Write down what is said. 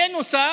בנוסף,